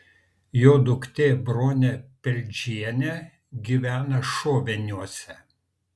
jo duktė bronė peldžienė gyvena šoveniuose